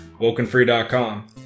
WokenFree.com